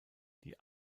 die